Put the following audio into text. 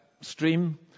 stream